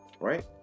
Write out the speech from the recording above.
right